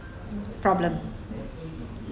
problem